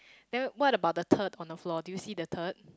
then what about the turd on the floor do you see the turd